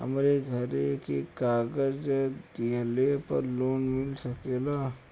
हमरे घरे के कागज दहिले पे लोन मिल सकेला?